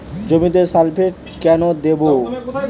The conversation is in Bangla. জমিতে সালফেক্স কেন দেবো?